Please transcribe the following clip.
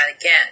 again